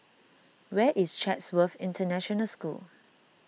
where is Chatsworth International School